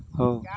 ହଉ